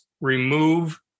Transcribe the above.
remove